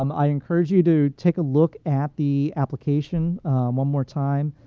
um i encourage you to take a look at the application one more time,